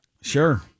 Sure